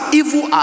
evil